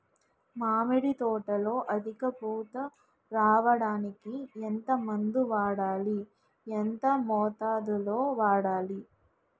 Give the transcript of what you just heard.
మామిడి తోటలో అధిక పూత రావడానికి ఎంత మందు వాడాలి? ఎంత మోతాదు లో వాడాలి?